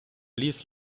ліс